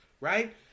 right